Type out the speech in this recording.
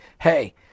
hey